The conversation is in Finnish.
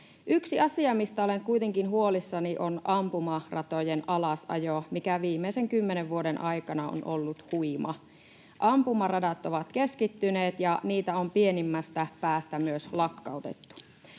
Yksi asia, mistä olen kuitenkin huolissani, on ampumaratojen alasajo, mikä viimeisen kymmenen vuoden aikana on ollut huimaa. Ampumaradat ovat keskittyneet, ja niitä on pienimmästä päästä myös lakkautettu.